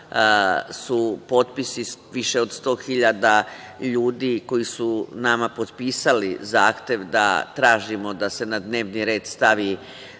su potpisi više od 100.000 ljudi, koji su nama potpisali zahtev da tražimo da se na dnevni red stavi